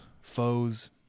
foes